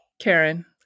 Karen